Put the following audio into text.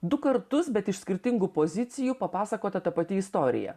du kartus bet iš skirtingų pozicijų papasakota ta pati istorija